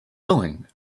going